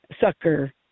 sucker